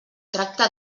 tracta